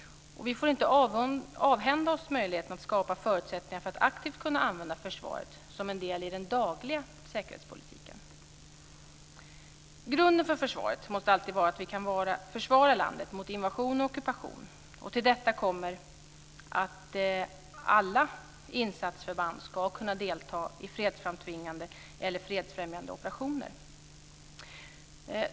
Vi får inte avhända oss möjligheten att skapa förutsättningar för att aktivt kunna använda försvaret som en del i den dagliga säkerhetspolitiken. Grunden för försvaret måste alltid vara att vi kan försvara landet mot invasion och ockupation. Till detta kommer att alla insatsförband ska kunna delta i fredsframtvingande eller fredsfrämjande operationer.